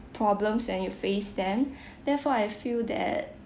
problems and you face them therefore I feel that